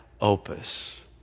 opus